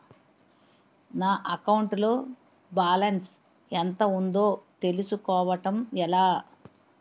నా అకౌంట్ లో బాలన్స్ ఎంత ఉందో తెలుసుకోవటం ఎలా?